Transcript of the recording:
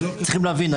צריכים להבין,